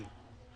אייל,